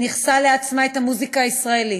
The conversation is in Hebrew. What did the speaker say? שניכסה לעצמה את המוזיקה הישראלית,